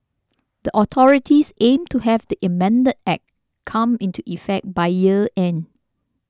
the authorities aim to have the amended Act come into effect by year end